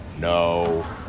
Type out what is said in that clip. No